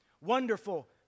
Wonderful